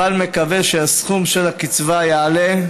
אבל מקווה שסכום הקצבה יעלה,